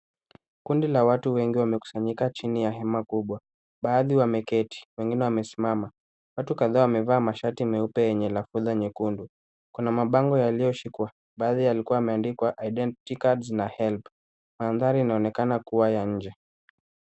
Kundi la watu wengi wamekusanyika chini ya hema kubwa baadhi wameketi wengine wamesimama. Watu kadhaa wamevaa mashati meupe lenye lafudha nyekundu. Kuna mabango yaliyoshikwa baadhi yalikuwa yameandikwa Identity cards na Helb . Mandhari inaonekana kuwa ya nje.